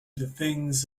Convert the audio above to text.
things